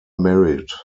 married